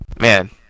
Man